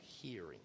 hearing